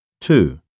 two